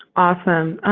awesome.